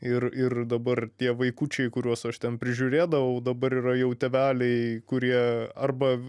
ir ir dabar tie vaikučiai kuriuos aš ten prižiūrėdavau dabar yra jau tėveliai kurie arba